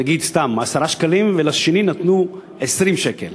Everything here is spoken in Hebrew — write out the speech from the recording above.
נגיד, סתם, 10 שקלים, ולשני נתנו 20 שקל.